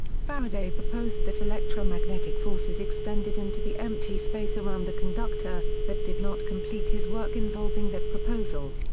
faraday proposed that electromagnetic forces extended into the empty space around the conductor, but did not complete his work involving that proposal.